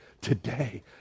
today